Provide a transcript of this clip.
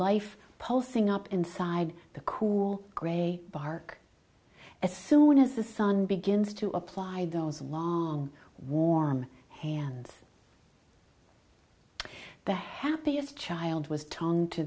life pulsing up inside the cool grey bark as soon as the sun begins to apply those long warm hands the happiest child was tongue to